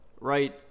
right